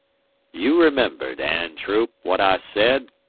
you remember, dan troop, what i said?